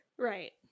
Right